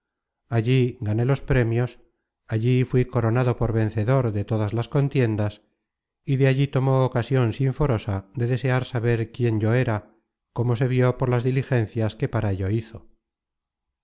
allí gané los premios allí fuí coronado por vencedor de todas las contiendas y de allí tomó ocasion sinforosa de desear saber quién yo era como se vió por las diligencias que para ello hizo